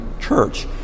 church